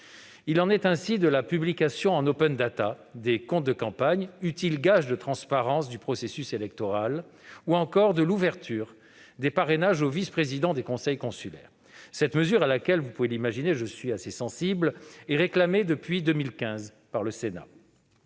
Il en est ainsi de la publication en des comptes de campagne, utile gage de transparence du processus électoral, ou encore de l'ouverture des parrainages aux vice-présidents des conseils consulaires. Cette dernière mesure, à laquelle, vous l'imaginez, je suis assez sensible, est réclamée depuis 2015 par le Sénat.